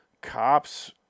cops